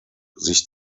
sich